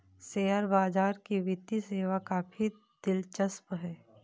share बाजार की वित्तीय सेवा काफी दिलचस्प है